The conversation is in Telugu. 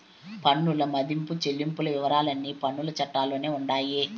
పన్నుల మదింపు చెల్లింపుల వివరాలన్నీ పన్నుల చట్టాల్లోనే ఉండాయి